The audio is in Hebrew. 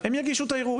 הם יגישו את הערעור,